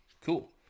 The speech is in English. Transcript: Cool